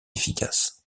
efficace